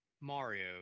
Mario